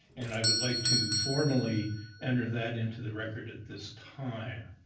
and i would like to formally enter that into the record at this time.